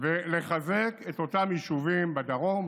ולחזק את אותם יישובים בדרום,